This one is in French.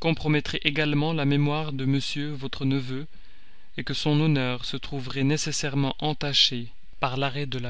compromettrait également la mémoire de m votre neveu que son honneur se trouverait nécessairement entaché par l'arrêt de la